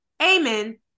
Amen